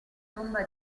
tomba